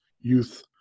youth